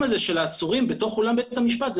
אולם בית המשפט, ברחוב?